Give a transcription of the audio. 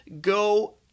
go